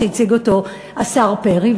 שהציג אותו השר פרי,